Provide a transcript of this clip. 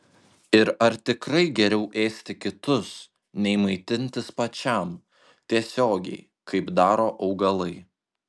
ir ar tikrai geriau ėsti kitus nei maitintis pačiam tiesiogiai kaip daro augalai